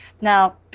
now